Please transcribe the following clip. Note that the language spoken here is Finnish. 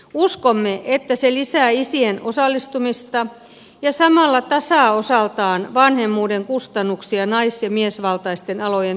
uskomme että se lisää isien osallistumista ja samalla tasaa osaltaan vanhemmuuden kustannuksia nais ja miesvaltaisten alojen työnantajille